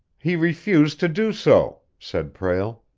he refused to do so, said prale,